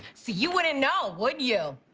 so you wouldn't know, would you?